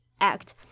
act